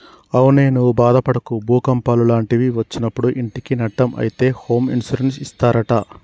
అవునే నువ్వు బాదపడకు భూకంపాలు లాంటివి ఒచ్చినప్పుడు ఇంటికి నట్టం అయితే హోమ్ ఇన్సూరెన్స్ ఇస్తారట